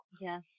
Yes